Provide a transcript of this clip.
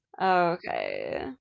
Okay